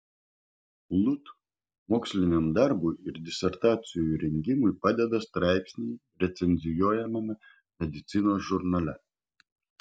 lud moksliniam darbui ir disertacijų rengimui padeda straipsniai recenzuojamame medicinos žurnale